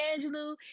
Angelou